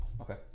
okay